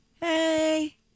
hey